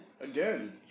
Again